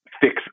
fix